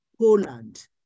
Poland